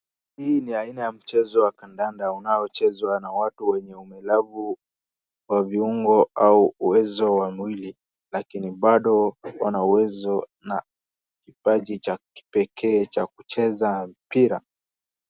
Hii ni aina ya mchezo ya kandanda inayochezwa na watu wenye umelavu wa viungo au uwezo wa mwili lakini bado wanauwezo na kipaji cha kipekee cha kucheza mpira.